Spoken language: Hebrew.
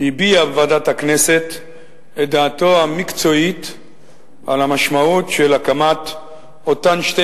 בוועדת הכנסת את דעתו המקצועית על המשמעות של הקמת אותן שתי